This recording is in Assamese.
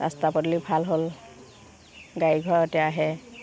ৰাস্তা পদূলি ভাল হ'ল গাড়ী ঘৰতে আহে